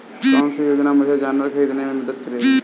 कौन सी योजना मुझे जानवर ख़रीदने में मदद करेगी?